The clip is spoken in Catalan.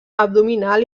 abdominal